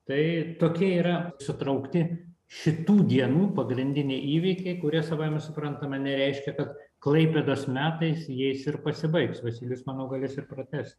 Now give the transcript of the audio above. tai tokie yra sutraukti šitų dienų pagrindiniai įvykiai kurie savaime suprantama nereiškia kad klaipėdos metais jais ir pasibaigs vasilijus manau galės ir pratęst